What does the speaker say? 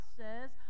says